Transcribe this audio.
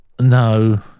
No